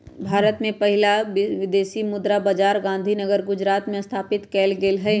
भारत के पहिला विदेशी मुद्रा बाजार गांधीनगर गुजरात में स्थापित कएल गेल हइ